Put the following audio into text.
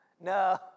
No